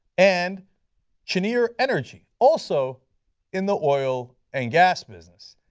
and cheniere energy, also in the oil and gas business.